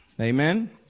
Amen